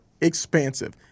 expansive